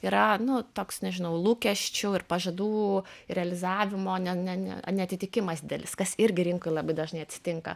yra nu toks nežinau lūkesčių ir pažadų realizavimo ne ne neatitikimas didelis kas irgi rinkoj labai dažnai atsitinka